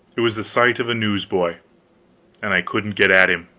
it was the sight of a newsboy and i couldn't get at him!